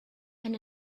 and